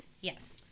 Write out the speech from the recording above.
Yes